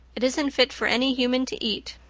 it isn't fit for any human to eat,